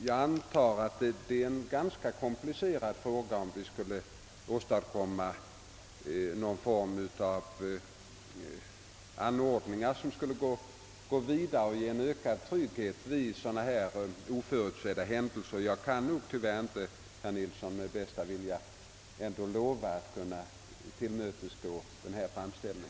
Jag antar att det vore en ganska komplicerad fråga om vi skulle åstadkomma någon form av anordningar som skulle vara mera omfattande och ge ökad trygghet vid dylika oförutsedda händelser. Jag kan tyvärr inte, herr Nilsson i Bästekille, med bästa vilja lova att tillmötesgå denna framställning.